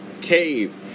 cave